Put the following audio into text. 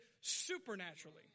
supernaturally